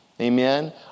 Amen